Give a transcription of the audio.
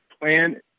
plan